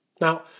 Now